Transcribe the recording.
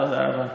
תודה רבה.